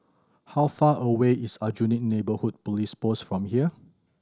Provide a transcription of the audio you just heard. how far away is Aljunied Neighbourhood Police Post from here